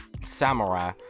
Samurai